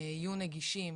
יהיו נגישים